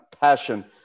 passion